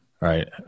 Right